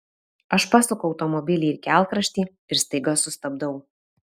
aš pasuku automobilį į kelkraštį ir staiga sustabdau